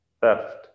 theft